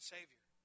Savior